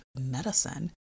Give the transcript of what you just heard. medicine